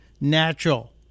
natural